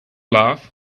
laugh